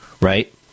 right